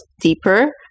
deeper